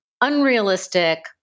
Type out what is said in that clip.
unrealistic